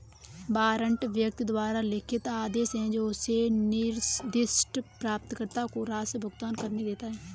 warrant व्यक्ति द्वारा लिखित आदेश है जो उसे निर्दिष्ट प्राप्तकर्ता को राशि भुगतान करने देता है